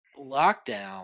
lockdown